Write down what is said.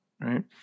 right